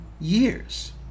years